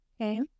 Okay